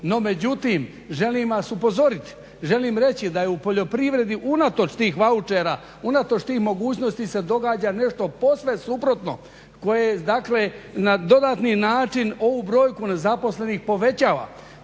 No, međutim želim vas upozoriti, želim reći da je u poljoprivredi unatoč tih vaučera, unatoč tih mogućnosti se događa nešto posve suprotno, koje je dakle na dodatni način ovu brojku nezaposlenih povećava.